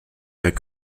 avec